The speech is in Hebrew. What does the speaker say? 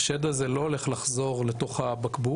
השד הזה, לא הולך לחזור לתוך הבקבוק,